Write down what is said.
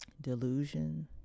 delusion